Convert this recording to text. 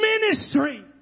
ministry